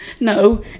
No